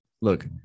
look